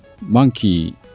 monkey